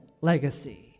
legacy